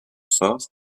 sort